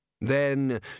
Then